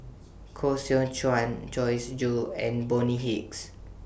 Koh Seow Chuan Joyce Jue and Bonny Hicks